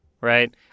right